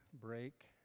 break